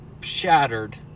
shattered